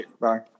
Bye